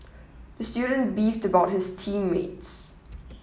the student beefed about his team mates